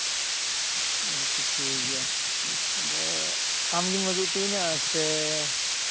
ᱟᱪᱪᱷᱟ ᱴᱷᱤᱠᱜᱮᱭᱟ ᱟᱫᱚ ᱟᱢᱜᱮᱢ ᱟᱹᱜᱩ ᱦᱚᱴᱚᱣᱟᱹᱧᱟᱹ ᱥᱮ